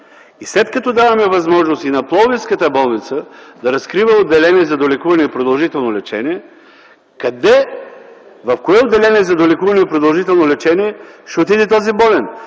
след като даваме възможност и на Пловдивската болница да разкрива отделение за долекуване и продължително лечение, къде, в кое отделение за долекуване и продължително лечение ще отиде този болен?